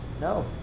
No